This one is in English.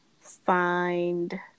find